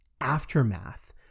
aftermath